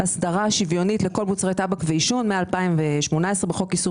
אסדרה שוויונית על כל מוצרי הטבק והעישון מ-2018 בחוק איסור